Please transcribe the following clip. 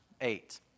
eight